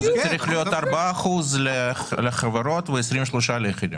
זה צריך להיות ארבעה אחוזים לחברות ו-23 אחוזים ליחידים.